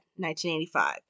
1985